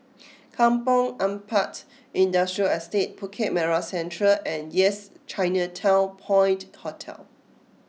Kampong Ampat Industrial Estate Bukit Merah Central and Yes Chinatown Point Hotel